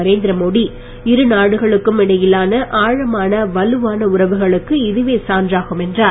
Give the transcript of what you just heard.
நரேந்திர மோடி இரு நாடுகளுக்கும் இடையிலான ஆழமான வலுவான உறவுகளுக்கு இதுவே சான்றாகும் என்றார்